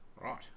Right